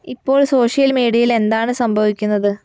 ഇപ്പോൾ സോഷ്യൽ മീഡിയയിൽ എന്താണ് സംഭവിക്കുന്നത്